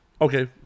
okay